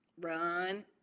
run